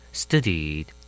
studied